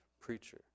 preacher